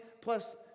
plus